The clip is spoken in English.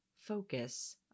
focus